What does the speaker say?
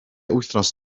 wythnos